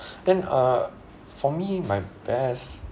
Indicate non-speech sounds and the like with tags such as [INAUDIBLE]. [BREATH] then uh for me my best